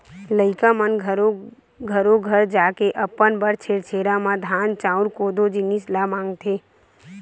लइका मन घरो घर जाके अपन बर छेरछेरा म धान, चाँउर, कोदो, जिनिस ल मागथे